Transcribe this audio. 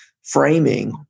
framing